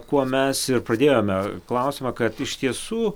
kuo mes ir pradėjome klausimą kad iš tiesų